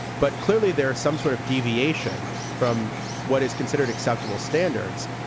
but clearly, there is some sort of deviation from what is considered acceptable standards.